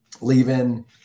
leaving